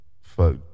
Fuck